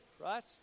right